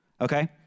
okay